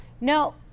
no